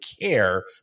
care